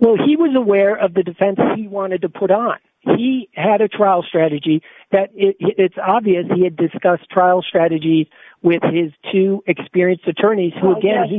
well he was aware of the defense he wanted to put on he had a trial strategy that it's obvious he had discussed trial strategy with his two experienced attorneys who again he